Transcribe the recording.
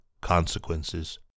consequences